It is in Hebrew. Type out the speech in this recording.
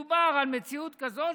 מדובר על מציאות כזאת,